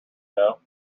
know